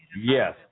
Yes